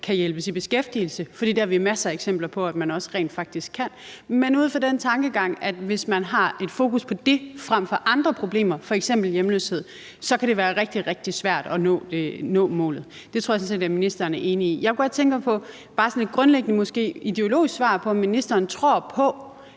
kan hjælpes i beskæftigelse, for det har vi masser af eksempler på at man rent faktisk kan, men ud fra den tankegang, at hvis man har et fokus på det frem for andre problemer, f.eks. hjemløshed, så kan det være rigtig, rigtig svært at nå målet. Det tror jeg sådan set ministeren er enig i. Jeg kunne godt tænke mig måske at få bare sådan et grundlæggende ideologisk svar på, om ministeren tror på,